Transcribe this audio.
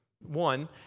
One